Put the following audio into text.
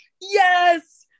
yes